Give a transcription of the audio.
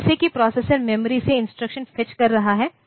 तो जैसे कि प्रोसेसर मेमोरी से इंस्ट्रक्शन फेच कर रहा है